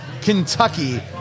kentucky